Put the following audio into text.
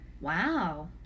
Wow